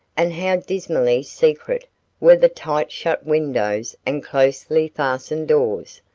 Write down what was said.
and how dismally secret were the tight shut windows and closely fastened doors,